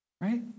Right